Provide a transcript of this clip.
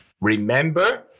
remember